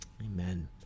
Amen